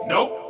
Nope